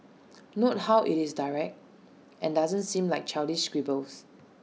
note how IT is direct and doesn't seem like childish scribbles